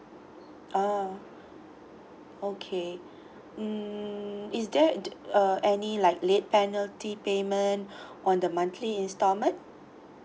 orh okay mm is there uh any like late penalty payment on the monthly installment